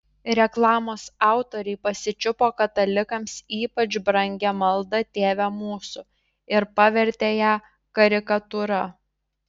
reklamos autoriai pasičiupo katalikams ypač brangią maldą tėve mūsų ir pavertė ją karikatūra